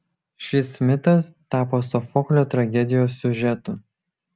šis mitas tapo sofoklio tragedijos siužetu